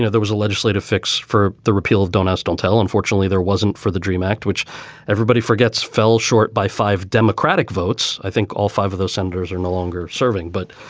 there was a legislative fix for the repeal of don't ask, don't tell. unfortunately, there wasn't for the dream act, which everybody forgets fell short by five democratic votes. i think all five of those senators are no longer serving. but,